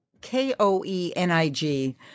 K-O-E-N-I-G